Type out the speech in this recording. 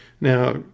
Now